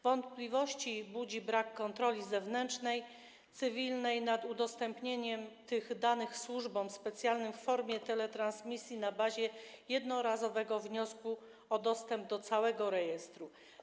Wątpliwości budzi brak kontroli zewnętrznej, cywilnej nad udostępnieniem tych danych służbom specjalnym w formie teletransmisji na bazie jednorazowego wniosku o dostęp do całego rejestru.